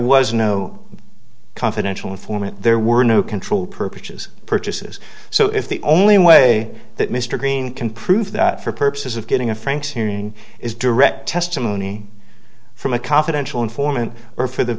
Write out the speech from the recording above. was no confidential informant there were no control purposes purchases so if the only way that mr green can prove that for purposes of getting a frank's hearing is direct testimony from a confidential informant or for the